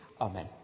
Amen